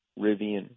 Rivian